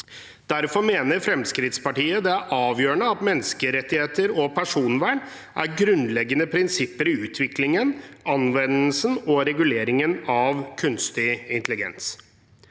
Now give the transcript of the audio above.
Derfor mener Fremskrittspartiet det er avgjørende at menneskerettigheter og personvern er grunnleggende prinsipper i utviklingen, anvendelsen og reguleringen av kunstig intelligens.